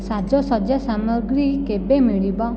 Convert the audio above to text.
ସାଜସଜ୍ଜା ସାମଗ୍ରୀ କେବେ ମିଳିବ